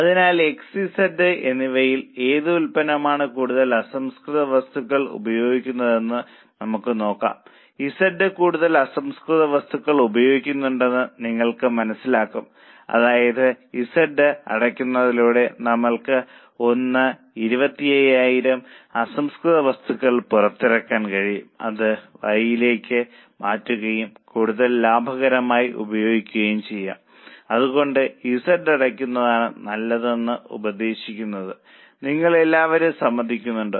അതിനാൽ X Z എന്നിവയിൽ ഏത് ഉൽപ്പന്നമാണ് കൂടുതൽ അസംസ്കൃത വസ്തുക്കൾ ഉപയോഗിക്കുന്നതെന്ന് നമുക്ക് നോക്കാം Z കൂടുതൽ അസംസ്കൃത വസ്തുക്കൾ ഉപയോഗിക്കുന്നുണ്ടെന്ന് നിങ്ങൾക്ക് മനസ്സിലാകും അതായത് Z അടയ്ക്കുന്നതിലൂടെ നമ്മൾക്ക് 125000 അസംസ്കൃത വസ്തുക്കൾ പുറത്തിറക്കാൻ കഴിയും അത് Y യിലേക്ക് മാറ്റുകയും കൂടുതൽ ലാഭകരമായി ഉപയോഗിക്കുകയും ചെയ്യാം അതുകൊണ്ടാണ് Z അടയ്ക്കുന്നതാണ് നല്ലതെന്ന് ഉപദേശിക്കുന്നത് നിങ്ങൾ എല്ലാവരും സമ്മതിക്കുന്നുണ്ടോ